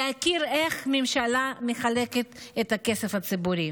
להכיר איך הממשלה מחלקת את הכסף הציבורי.